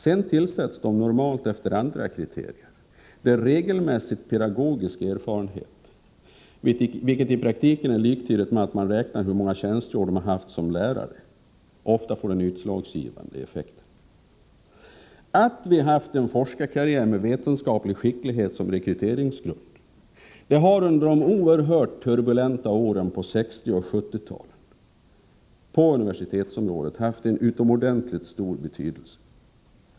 Sedan tillsätts de normalt efter andra kriterier, varvid regelmässigt pedagogisk erfarenhet får den utslagsgivande effekten. Att vi har haft en forskarkarriär med vetenskaplig skicklighet som rekryteringsgrund har under 1960 och 1970-talens oerhörda turbulens på universitetsområdet haft en utomordentlig betydelse.